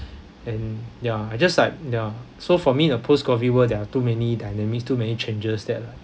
and ya I just like ya so for me in a post COVID world there are too many dynamics too many changes that are